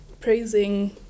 praising